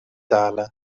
dalen